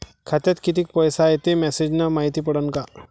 खात्यात किती पैसा हाय ते मेसेज न मायती पडन का?